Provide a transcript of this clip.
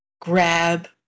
grab